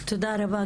תודה רבה.